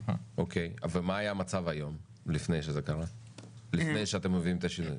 אוקיי, ומה היה המצב לפני שאתם מביאים את השינוי?